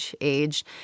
age